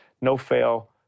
no-fail